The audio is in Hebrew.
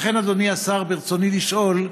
לכן, אדוני השר, ברצוני לשאול: